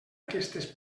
aquestes